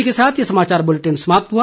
इसी के साथ ये समाचार बुलेटिन समाप्त हुआ